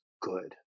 good